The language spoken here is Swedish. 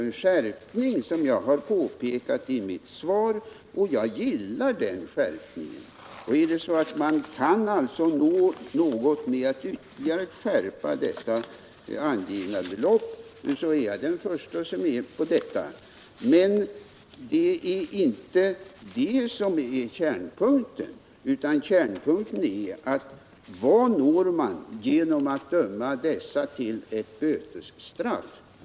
En skärpning har, som jag påpekade i mitt svar, ägt rum, och jag gillar den skärpningen. Kan man nå något med att ytterligare skärpa de angivna beloppen är jag den förste att vara med på detta. Men det är inte det som är kärnpunkten, utan kärnpunkten är: Vad når man genom att döma dessa människor till ett bötesstraff?